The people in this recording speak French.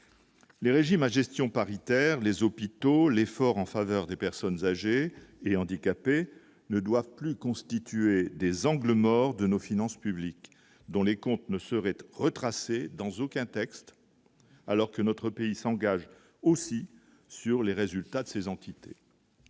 les régimes à gestion paritaire, les hôpitaux, l'effort en faveur des personnes âgées et handicapées ne doivent plus constituer des angles morts de nos finances publiques dont les comptes ne serait être retracée dans aucun texte alors que notre pays s'engage aussi sur les résultats de ces entités.